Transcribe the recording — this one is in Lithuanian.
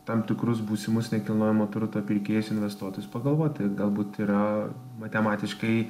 tam tikrus būsimus nekilnojamo turto pirkėjus nvestuotojus pagalvoti galbūt yra matematiškai